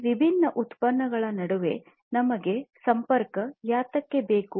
ಈ ವಿಭಿನ್ನ ಉತ್ಪನ್ನಗಳ ನಡುವೆ ನಮಗೆ ಸಂಪರ್ಕ ಯಂತ್ರೋಪಕರಣಗಳು ಏತಕ್ಕೆ ಬೇಕು